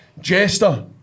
Jester